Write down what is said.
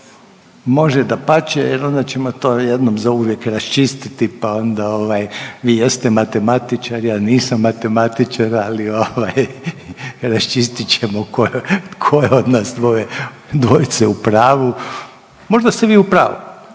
Može dapače jer onda ćemo to jednom za uvijek raščistiti pa onda ovaj vi jeste matematičar, ja nisam matematičar, ali raščistit ćemo tko je od nas dvojice u pravu. Možda ste vi u pravu,